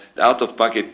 out-of-pocket